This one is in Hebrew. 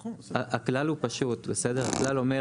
הכלל הוא פשוט, הכלל אומר.